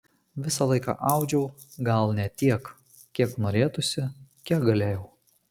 visą laiką audžiau gal ne tiek kiek norėtųsi kiek galėjau